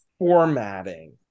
formatting